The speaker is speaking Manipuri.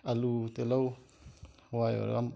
ꯑꯥꯜꯂꯨ ꯇꯤꯜꯍꯧ ꯍꯋꯥꯏ ꯑꯣꯏꯔꯣ